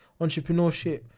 entrepreneurship